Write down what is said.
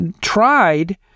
tried